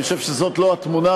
אני חושב שזאת לא התמונה.